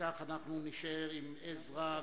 וכך אנחנו נישאר עם עזרא,